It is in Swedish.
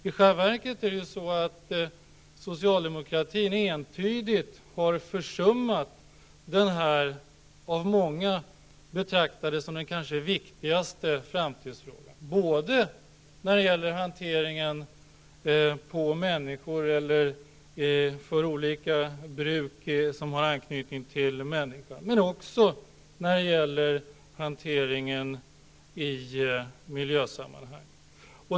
I själva verket har socialdemokratin entydigt försummat den framtidsfråga som av många betraktas som den viktigaste, både när det gäller hanteringen på människor eller när det gäller olika bruk som har anknytning till människan, men också när det gäller hanteringen i miljösammanhang.